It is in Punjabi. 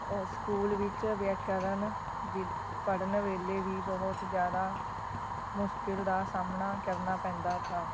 ਉਹ ਸਕੂਲ ਵਿੱਚ ਵਿਆਖਿਆ ਕਰਨ ਜਿ ਪੜ੍ਹਨ ਵੇਲੇ ਵੀ ਬਹੁਤ ਜ਼ਿਆਦਾ ਮੁਸ਼ਕਲ ਦਾ ਸਾਹਮਣਾ ਕਰਨਾ ਪੈਂਦਾ ਥਾ